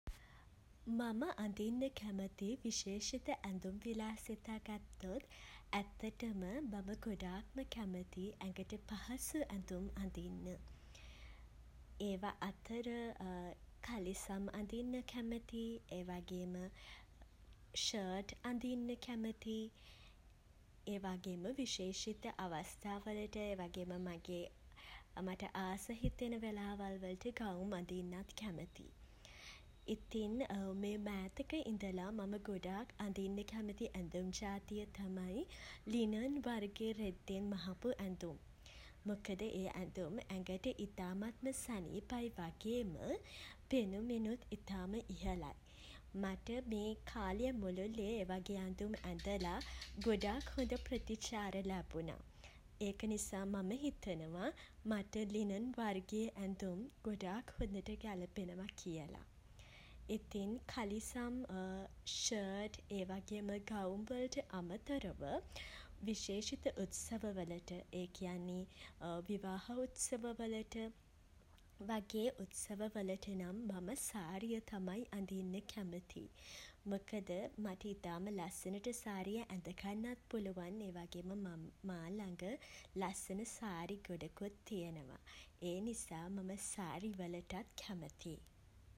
මම අඳින්න කැමති විශේෂිත ඇඳුම් විලාසිතා ගත්තොත් ඇත්තටම මම ගොඩාක්ම කැමති ඇඟට පහසු ඇඳුම් අදින්න. ඒවා අතර කලිසම් අඳින්න කැමතියි. ඒ වගේම ෂර්ට් අඳින්න කැමතියි ඒ වගේම විශේෂිත අවස්ථා වලට ඒ වගේම මගේ මට ආස හිතෙන වෙලාවල් වලට ගවුම් අඳින්නත් කැමතියි. ඉතින් මෑතක ඉඳලා මම ගොඩාක් අඳින්න කැමති ඇඳුම් ජාතිය තමයි ලිනන් වර්ගයේ රෙද්දෙන් මහපු ඇඳුම්. මොකද ඒ ඇඳුම් ඇඟට ඉතාමත්ම සනීපයි වගේම පෙනුමෙනුත් ඉතාම ඉහළයි. මට මේ කාලය මුළුල්ලේ ඒ වගේ ඇඳුම් ඇඳලා ගොඩක් හොඳ ප්‍රතිචාර ලැබුණා. ඒක නිසා මම හිතනවා මට ලිනන් වර්ගයේ ඇඳුම් ගොඩාක් හොදට ගැලපෙනවා කියලා. ඉතින් කලිසම් ෂර්ට් ඒ වගේම ගවුම් වලට අමතරව විශේෂිත උත්සව වලට ඒ කියන්නේ විවාහ උත්සව වලට වගේ උත්සව වලට නම් මම සාරිය තමයි අඳින්න කැමති. මොකද මට ඉතාම ලස්සනට සාරිය ඇඳ ගන්නත් පුළුවන්. ඒ වගේම මා ළඟ ලස්සන සාරි ගොඩකුත් තියෙනවා. ඒ නිසා මම සාරි වලටත් කැමතියි.